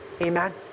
amen